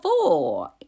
four